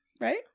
right